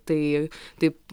tai taip